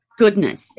goodness